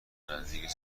نزدیک